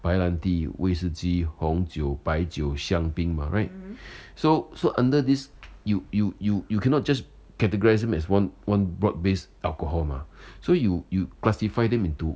白兰地威士忌红酒白酒香槟 mah right so so under this you you you you cannot just categorise them as one one broad based alcohol mah so you you classify them into